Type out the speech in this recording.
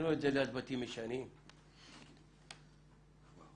אני רואה את זה ליד בתים ישנים, תמ"א/38,